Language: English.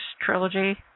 trilogy